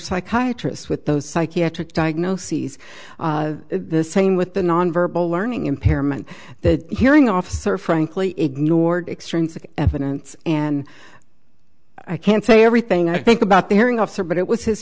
psychiatry it's with those psychiatric diagnoses the same with the non verbal learning impairment the hearing officer frankly ignored extrinsic evidence and i can't say everything i think about the hearing officer but it was his